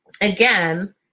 again